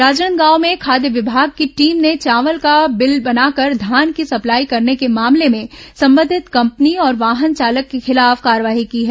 राजनांदगांव में खाद्य विभाग की टीम ने चावल का बिल बनाकर धान की सप्लाई करने के मामले में संबंधित कंपनी और वाहन चालक के खिलाफ कार्रवाई की है